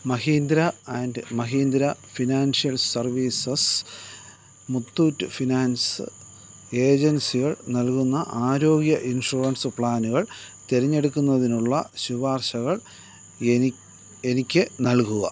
Mahindra and Mahindra financial services Muthoot finance ഏജൻസികൾ നൽകുന്ന ആരോഗ്യ ഇൻഷുറൻസ് പ്ലാനുകൾ തിരഞ്ഞെടുക്കുന്നതിനുള്ള ശുപാർശകൾ എനി എനിക്ക് നൽകുക